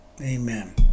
Amen